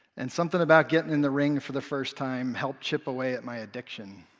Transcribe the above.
and something about getting in the ring for the first time helped chip away at my addiction.